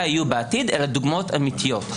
היו יהיו בעתיד אלא דוגמאות אמיתיות.